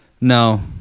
no